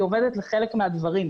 היא עובדת בחלק מהדברים.